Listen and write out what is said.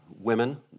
women